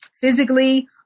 physically